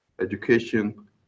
education